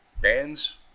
Bands